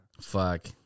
Fuck